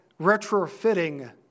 retrofitting